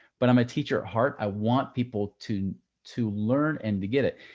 but i'm a teacher at heart. i want people to to learn and to get it.